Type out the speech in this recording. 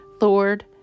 Lord